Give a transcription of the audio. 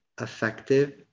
effective